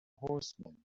horsemen